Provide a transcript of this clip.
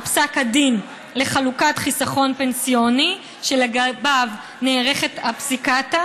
ופסק הדין לחלוקת חיסכון פנסיוני שלגביו נערכת הפסיקתא